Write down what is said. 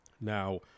Now